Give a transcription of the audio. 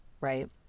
right